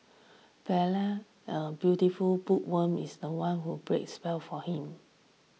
belle a beautiful bookworm is the one who will breaks spell for him